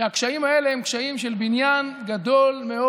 שהקשיים האלה הם קשיים של בניין גדול מאוד